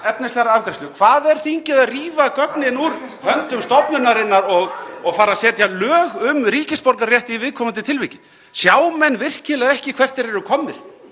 efnislegrar afgreiðslu? Hvað er þingið að rífa gögnin úr höndum stofnunarinnar og fara að setja lög um ríkisborgararétt í viðkomandi tilviki? Sjá menn virkilega ekki hvert þeir eru komnir?